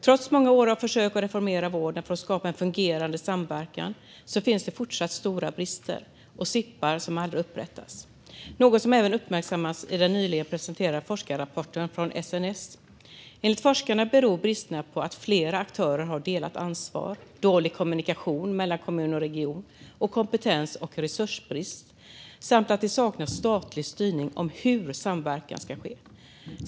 Trots många år av försök att reformera vården för att skapa en fungerande samverkan finns det fortsatt stora brister och SIP:ar som aldrig upprättas. Det har även uppmärksammats i den nyligen presenterade forskarrapporten från SNS. Enligt forskarna beror bristerna på delat ansvar mellan flera aktörer, dålig kommunikation mellan kommun och region samt kompetens och resursbrist. Dessutom saknas statlig styrning för hur samverkan ska ske.